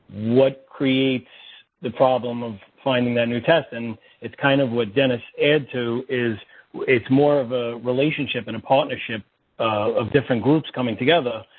what creates the problem of finding that new test? and it's kind of what dennis aired to, is it's more of a relationship and a partnership of different groups coming together.